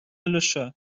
өлеше